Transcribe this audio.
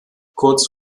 kurz